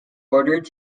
ordered